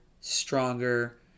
stronger